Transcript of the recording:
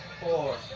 four